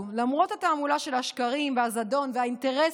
למרות התעמולה של השקרים והזדון והאינטרסים